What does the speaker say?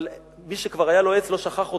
אבל מי שכבר היה לו עץ, לא שכח אותו.